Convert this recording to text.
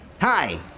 Hi